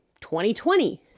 2020